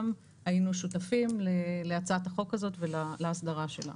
היינו שותפים להצעת החוק הזו ולהסדרה שלה.